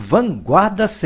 Vanguarda